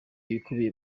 ibikubiye